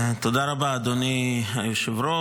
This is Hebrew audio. תודה רבה, אדוני היושב-ראש.